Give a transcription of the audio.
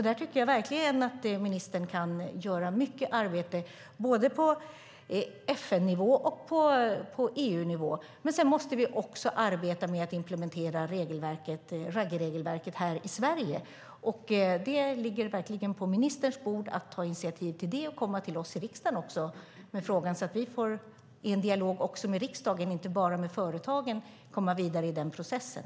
Här tycker jag verkligen att ministern kan göra mycket arbete, både på FN-nivå och på EU-nivå. Men sedan måste vi också arbeta med att implementera Ruggieregelverket här i Sverige. Det ligger verkligen på ministerns bord att ta initiativ till detta och också att komma till oss i riksdagen med frågan så att vi i en dialog också med riksdagen, inte bara med företagen, kan komma vidare i den processen.